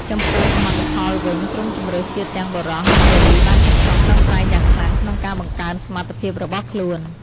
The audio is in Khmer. ចំពោះសមិទ្ធផលវិញ ក្រុមជម្រើសជាតិទាំងបុរស និងនារីបានខិតខំប្រឹងប្រែងយ៉ាងខ្លាំងក្នុងការបង្កើនសមត្ថភាពរបស់ខ្លួន។